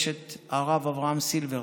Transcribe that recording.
אשת הרב אברהם סילברט.